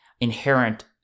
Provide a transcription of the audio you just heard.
inherent